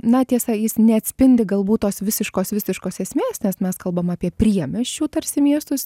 na tiesa jis neatspindi galbūt tos visiškos visiškos esmės nes mes kalbam apie priemiesčių tarsi miestus